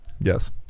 Yes